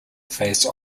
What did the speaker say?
face